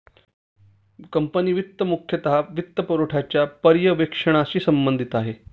company वित्त मुख्यतः वित्तपुरवठ्याच्या पर्यवेक्षणाशी संबंधित आहे